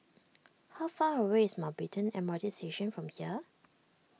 how far away is Mountbatten M R T Station from here